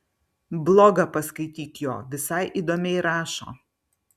blogą paskaityk jo visai įdomiai rašo